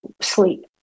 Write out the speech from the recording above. sleep